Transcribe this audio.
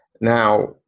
Now